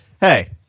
Hey